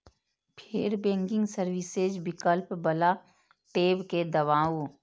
फेर banking services विकल्प बला टैब कें दबाउ